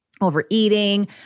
overeating